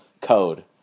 code